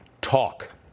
Talk